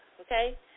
Okay